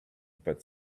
but